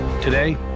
Today